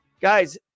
Guys